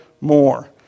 more